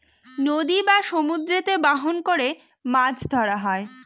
নদী বা সমুদ্রতে বাহন করে মাছ ধরা হয়